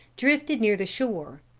drifted near the shore.